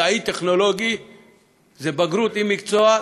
מדעי-טכנולוגי זה בגרות עם מקצוע,